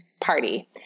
party